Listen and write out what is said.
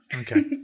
Okay